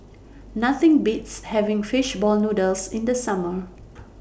Nothing Beats having Fish Ball Noodles in The Summer